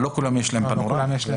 לא לכולם יש מצלמה פנורמית.